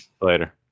later